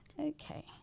Okay